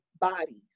bodies